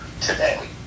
today